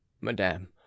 madame